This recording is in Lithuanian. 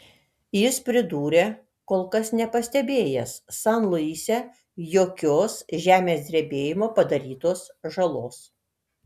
jis pridūrė kol kas nepastebėjęs san luise jokios žemės drebėjimo padarytos žalos